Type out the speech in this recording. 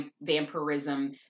vampirism